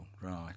Right